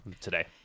today